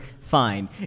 Fine